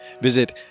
visit